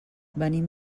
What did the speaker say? venim